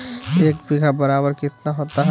एक बीघा बराबर कितना होता है?